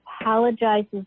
apologizes